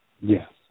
Yes